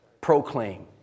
proclaim